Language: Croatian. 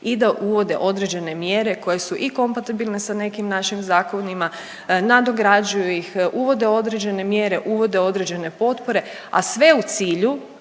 i da uvode određene mjere koje su i kompatibilne sa nekim našim zakonima, nadograđuju ih, uvode određene mjere, uvode određene potpore, a sve u cilju